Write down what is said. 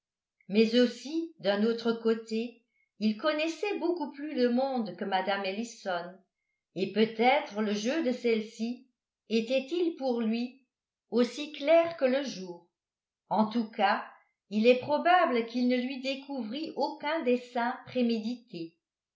mais aussi d'un autre côté il connaissait beaucoup plus le monde que mme ellison et peut-être le jeu de celle-ci était-il pour lui aussi clair que le jour en tous cas il est probable qu'il ne lui découvrit aucun dessein prémédité